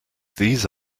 these